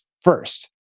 First